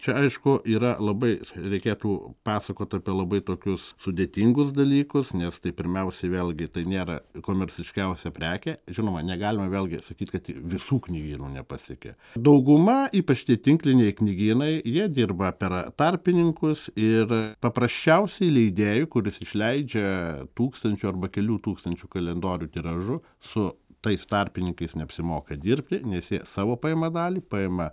čia aišku yra labai reikėtų pasakot apie labai tokius sudėtingus dalykus nes tai pirmiausiai vėlgi tai nėra komerciškiausia prekė žinoma negalima vėlgi sakyt kad visų knygynų nepasiekia dauguma ypač tie tinkliniai knygynai jie dirba per tarpininkus ir paprasčiausiai leidėjui kuris išleidžia tūkstančio arba kelių tūkstančių kalendorių tiražu su tais tarpininkais neapsimoka dirbti nes jie savo paima dalį paima